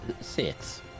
six